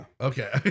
okay